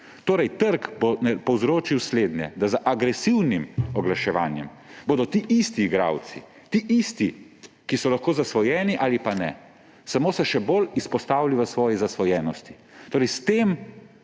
Torej trg bo povzročil slednje, da z agresivnim oglaševanjem se bodo ti isti igralci, ti isti, ki so lahko zasvojeni ali pa ne, samo še bolj izpostavili svoji zasvojenosti. Torej s tem